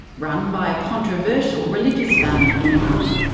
run by a controversial religious family in iran.